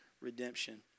redemption